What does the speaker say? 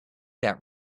that